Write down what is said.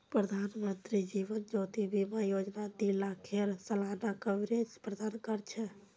प्रधानमंत्री जीवन ज्योति बीमा योजना दी लाखेर सालाना कवरेज प्रदान कर छे